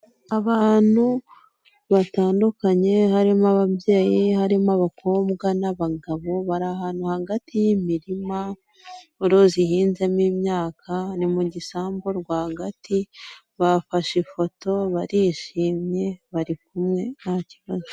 Abantu batandukanye harimo ababyeyi, harimo abakobwa n'abagabo, bari ahantu hagati y'imirima uruzi ihinzemo imyaka. Ni mu gisambu rwagati, bafashe ifoto, barishimye, bari kumwe nta kibazo.